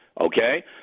Okay